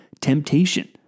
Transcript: temptation